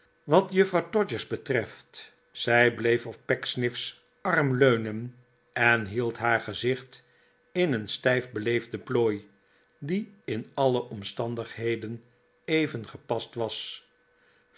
wat juffrouw todgers betreft zij bleef op pecksniff's arm leunen en hield haar gezicht in een stijf beleefde plooi die in alle omstandigheden even gepast was